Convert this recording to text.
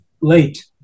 late